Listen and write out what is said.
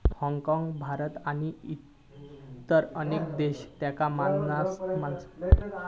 हाँगकाँग, भारत आणि इतर अनेक देश, त्यांका सामान्यपणान चालू खाता म्हणतत